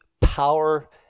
power